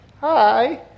Hi